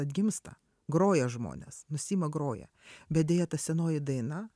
atgimsta groja žmonės nusiima groja bet deja ta senoji daina